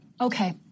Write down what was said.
okay